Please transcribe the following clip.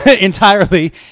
entirely